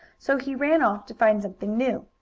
so he ran off to find something new.